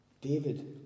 David